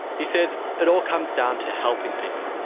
he says it all comes down to helping people.